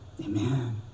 Amen